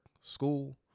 school